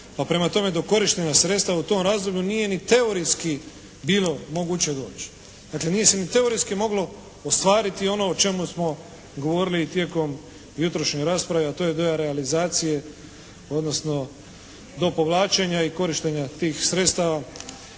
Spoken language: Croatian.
pa prema tome do korištenja sredstava u tom razdoblju nije ni teoretski bilo moguće doći. Dakle, nije se ni teoretski moglo ostvariti ono o čemu smo govorili tijekom jutrošnje rasprave, a to je da je realizacije odnosno do povlačenja i korištenja tih sredstava.